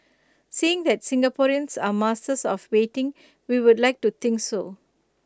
seeing that Singaporeans are masters of waiting we would like to think so